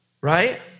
right